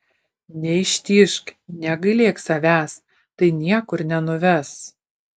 neištižk negailėk savęs tai niekur nenuves